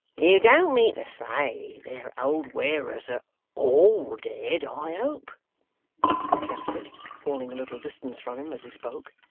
you don't mean to say their old wearers are all dead, i hope said mr tappertit, falling a little distance from him as he spoke.